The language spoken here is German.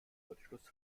kurzschluss